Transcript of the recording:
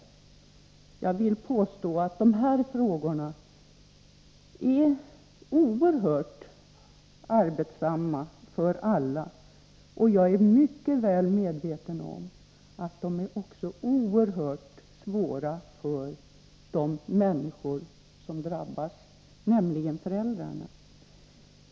Men jag vill påstå att de här frågorna är oerhört arbetsamma för alla, och jag är mycket väl medveten om att de också är oerhört svåra för de människor som drabbas, nämligen föräldrarna.